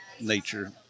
nature